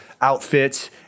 outfits